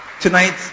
Tonight